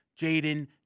Jaden